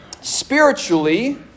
Spiritually